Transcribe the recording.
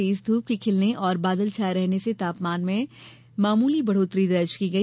तेज धूप के खिलने और बादल छाये रहने से तापमान में मामूली बढ़ौतरी दर्ज की गई